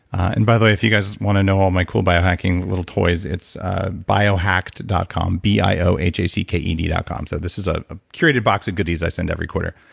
and by the way, if you guys want to know all my cool biohacking little toys, it's biohacked dot com, b i o h a c k e d dot com. so this is ah a curated box of goodies i send every quarter.